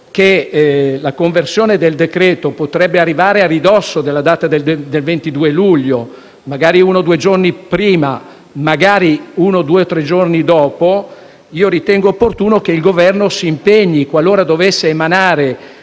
che la conversione del decreto potrebbe arrivare a ridosso della data del 22 luglio, magari uno o due giorni prima o due o tre giorni dopo, ritengo opportuno che il Governo, qualora dovesse emanare